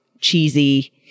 cheesy